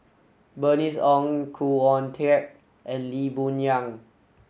Bernice Ong Khoo Oon Teik and Lee Boon Yang